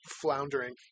floundering